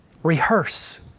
Rehearse